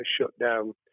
shutdown